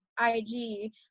IG